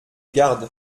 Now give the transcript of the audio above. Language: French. garde